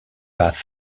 pass